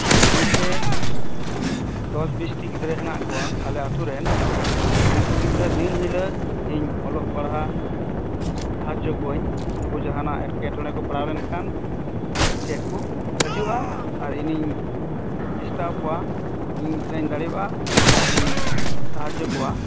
ᱤᱧ ᱴᱷᱮᱱ ᱫᱚᱥ ᱵᱤᱥᱴᱤ ᱜᱤᱫᱽᱨᱟᱹ ᱦᱮᱱᱟᱜ ᱠᱚᱣᱟ ᱟᱞᱮ ᱟᱛᱳ ᱨᱮᱱ ᱩᱱᱠᱩ ᱜᱤᱫᱽᱲᱨᱟᱹ ᱫᱤᱱ ᱦᱤᱞᱳᱜ ᱤᱧ ᱚᱞᱚᱜ ᱯᱟᱲᱦᱟᱜ ᱥᱟᱦᱟᱡᱽᱡᱳ ᱠᱚᱣᱟᱹᱧ ᱩᱱᱠᱩ ᱡᱟᱦᱟᱸᱱᱟᱜ ᱮᱴᱠᱮ ᱴᱚᱬᱮ ᱠᱚ ᱯᱟᱲᱟᱣ ᱞᱮᱱᱠᱷᱟᱱ ᱤᱧ ᱴᱷᱮᱱ ᱠᱚ ᱦᱤᱡᱩᱜᱼᱟ ᱟᱨ ᱤᱧᱤᱧ ᱪᱮᱥᱴᱟ ᱟᱠᱚᱣᱟ ᱤᱧ ᱛᱤᱱᱟᱹᱜ ᱤᱧ ᱫᱟᱲᱮᱭᱟᱜᱼᱟ ᱩᱱᱟᱹᱜ ᱤᱧ ᱥᱟᱦᱟᱡᱽᱡᱳ ᱠᱚᱣᱟ